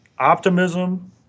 Optimism